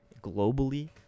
globally